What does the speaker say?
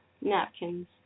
Napkins